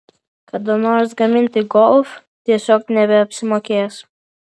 kada nors gaminti golf tiesiog nebeapsimokės